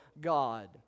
God